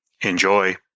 Enjoy